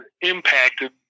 impacted